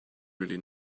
really